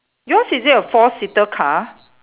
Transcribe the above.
yours is it a four seater car